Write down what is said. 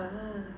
ah